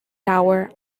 tower